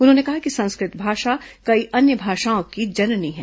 उन्होंने कहा कि संस्कृ त भाषा कई अन्य भाषाओं की जननी है